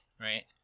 right